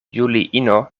juliino